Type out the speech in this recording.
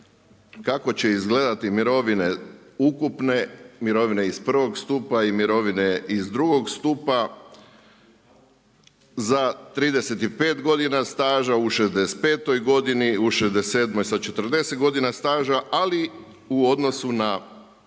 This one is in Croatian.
kako će izgledati mirovine ukupne mirovine iz prvog stupa i mirovine iz drugog stupa za 35 godina staža u 65 godini, u 67 sa 40 godina staža, ali u odnosu na